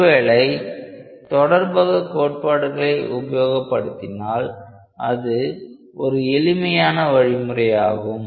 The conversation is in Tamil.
ஒருவேளை தொடர்பக கோட்பாடுகளை உபயோகப்படுத்தினால் அது ஒரு எளிமையான வழிமுறையாகும்